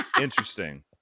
Interesting